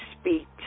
speak